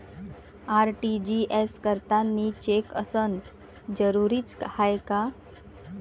RTGS करतांनी cheque असनं जरुरीच हाय का?